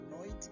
Annoyed